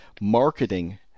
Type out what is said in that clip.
marketing